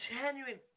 Genuine